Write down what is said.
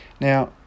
Now